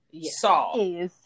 Saw